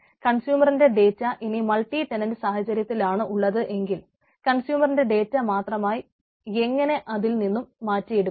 കൺസ്യൂമന്റെ data ഇനി multi tenant സാഹചര്യത്തിലാണ് ഉള്ളതെങ്കിൽ കൺസ്യൂമറിന്റെ ഡേറ്റ മാത്രമായി എങ്ങനെ അതിൽ നിന്നും മാറ്റിയെടുക്കും